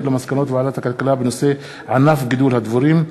על מסקנות ועדת הכלכלה בנושא: ענף גידול הדבורים,